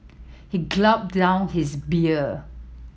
he glop down his beer